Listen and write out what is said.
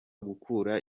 gukura